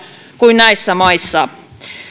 kuin näissä maissa